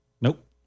Nope